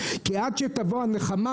כי עד שתבוא הנחמה,